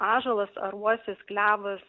ąžuolas ar uosis klevas